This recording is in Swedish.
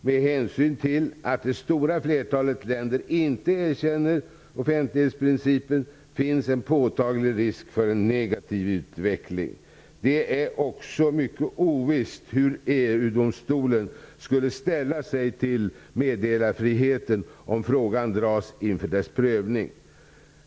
Med hänsyn till att det stora flertalet länder inte erkänner offentlighetsprincipen finns en påtaglig risk för en negativ utveckling. Det är också mycket ovisst hur EU-domstolen skulle ställa sig till meddelarfriheten om frågan kommer upp för prövning.